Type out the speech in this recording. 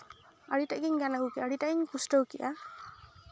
ᱟᱹᱰᱤᱴᱟᱜ ᱜᱤᱧ ᱜᱟᱱ ᱟᱹᱜᱩ ᱠᱮᱜᱼᱟ ᱟᱹᱰᱤᱴᱟᱜ ᱜᱤᱧ ᱯᱩᱥᱴᱟᱹᱣ ᱠᱮᱜᱼᱟ